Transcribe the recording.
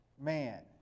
man